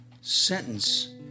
sentence